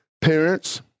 Parents